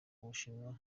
bushinwa